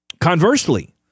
Conversely